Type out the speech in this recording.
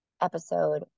episode